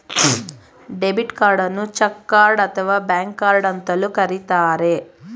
debit ಕಾರ್ಡನ್ನು ಚಕ್ card ಅಥವಾ ಬ್ಯಾಂಕ್ ಕಾರ್ಡ್ ಅಂತಲೂ ಕರಿತರೆ